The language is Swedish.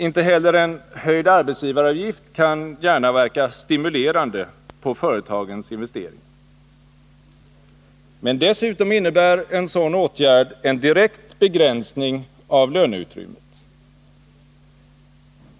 Inte heller en höjd arbetsgivaravgift kan gärna verka stimulerande på företagens investeringar. Men dessutom innebär en sådan åtgärd en direkt begränsning av löneutrymmet.